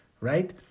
right